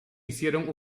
hicieron